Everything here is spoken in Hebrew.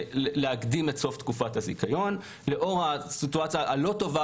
הקדמת סוף תקופת הזיכיון הנוכחי לאור הסיטואציה הלא טובה